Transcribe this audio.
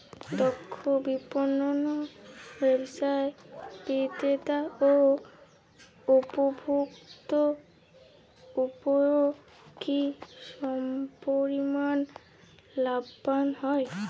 দক্ষ বিপণন ব্যবস্থায় বিক্রেতা ও উপভোক্ত উভয়ই কি সমপরিমাণ লাভবান হয়?